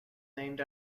named